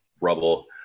rubble